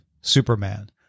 Superman